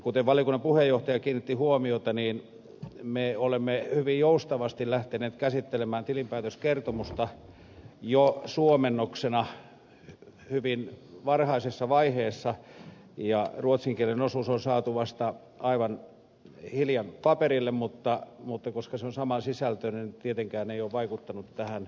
kuten valiokunnan puheenjohtaja kiinnitti huomiota me olemme hyvin joustavasti lähteneet käsittelemään tilinpäätöskertomusta jo suomennoksena hyvin varhaisessa vaiheessa ja ruotsin kielen osuus on saatu vasta aivan hiljan paperille mutta koska se on saman sisältöinen niin tietenkään tämä ei ole vaikuttanut tähän asian käsittelyyn